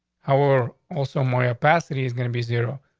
how are also more capacity is gonna be zero.